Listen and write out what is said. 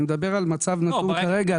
אני מדבר על מצב נתון כרגע,